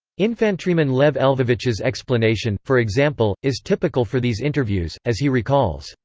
infantryman lev lvovich's explanation, for example, is typical for these interviews as he recalls,